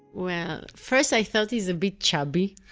well, first i thought he's a bit chubby,